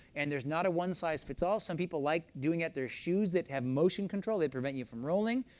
and there's not a one size fits all some people like doing at their shoes that have motion control. they prevent you from rolling.